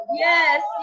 yes